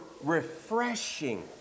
refreshing